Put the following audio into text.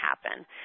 happen